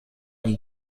die